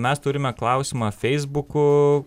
mes turime klausimą feisbuku